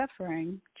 suffering